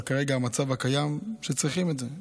כרגע המצב הקיים הוא שצריכים את זה,